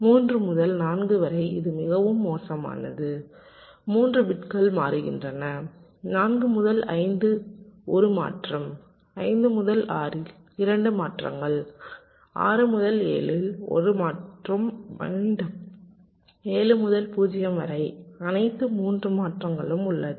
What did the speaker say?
3 முதல் 4 வரை இது மிகவும் மோசமானது 3 பிட்கள் மாறுகின்றன 4 முதல் 5 1 மாற்றம் 5 முதல் 6 2 மாற்றங்கள் 6 முதல் 7 1 மற்றும் மீண்டும் 7 முதல் 0 வரை அனைத்து 3 மாற்றங்களும் உள்ளது